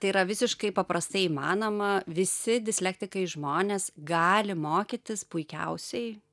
tai yra visiškai paprastai įmanoma visi dislektikai žmonės gali mokytis puikiausiai